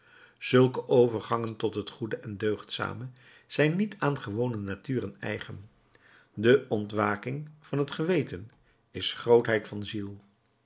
zulke overgangen tot het goede en deugdzame zijn niet aan gewone naturen eigen de ontwaking van het geweten is grootheid van ziel